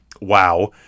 wow